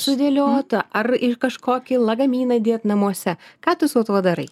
sudėliota ar į kažkokį lagaminą dėt namuose ką tu su tuo darai